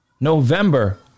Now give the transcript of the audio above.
November